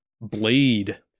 blade